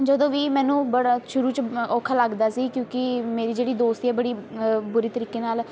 ਜਦੋਂ ਵੀ ਮੈਨੂੰ ਬੜਾ ਸ਼ੁਰੂ 'ਚ ਔਖਾ ਲੱਗਦਾ ਸੀ ਕਿਉਂਕਿ ਮੇਰੀ ਜਿਹੜੀ ਦੋਸਤੀ ਆ ਬੜੀ ਬੁਰੇ ਤਰੀਕੇ ਨਾਲ਼